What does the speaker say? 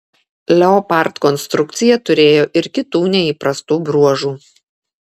leopard konstrukcija turėjo ir kitų neįprastų bruožų